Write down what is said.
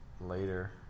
later